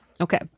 Okay